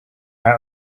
out